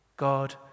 God